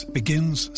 begins